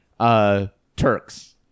Turks